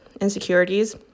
insecurities